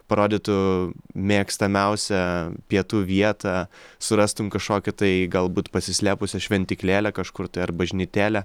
parodytų mėgstamiausią pietų vietą surastum kažkokią tai galbūt pasislėpusią šventyklėlę kažkur tai ar bažnytėlę